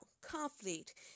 conflict